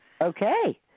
Okay